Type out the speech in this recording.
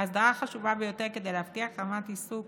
ההסדרה חשובה ביותר כדי להבטיח רמת עיסוק